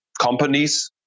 companies